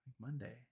monday